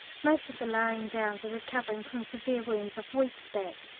most of the lying-downs are recovering from severe wounds of weeks back.